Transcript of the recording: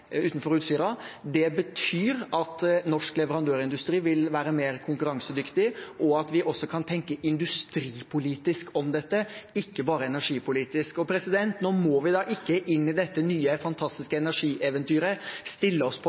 utenfor Utsira. Det betyr at norsk leverandørindustri vil være mer konkurransedyktig, og at vi også kan tenke industripolitisk om dette, ikke bare energipolitisk. Nå må vi ikke inn i dette nye, fantastiske energieventyret stille oss på